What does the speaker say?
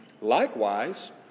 Likewise